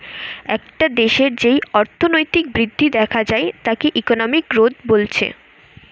একটা দেশের যেই অর্থনৈতিক বৃদ্ধি দেখা যায় তাকে ইকোনমিক গ্রোথ বলছে